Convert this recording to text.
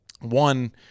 One